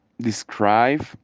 describe